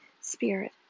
spirit